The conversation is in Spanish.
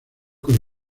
con